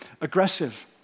aggressive